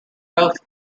both